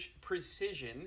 precision